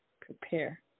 Prepare